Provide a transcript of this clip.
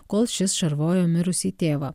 kol šis šarvojo mirusį tėvą